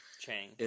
Chang